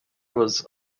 was